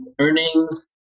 earnings